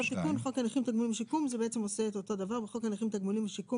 תיקון חוק הנכים (תגמולים ושיקום) בחוק הנכים (תגמולים ושיקום),